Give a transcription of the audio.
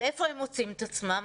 ואיפה הם מוצאים את עצמם?